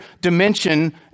dimension